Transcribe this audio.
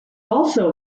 also